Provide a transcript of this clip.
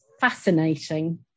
fascinating